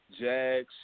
Jags